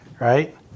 right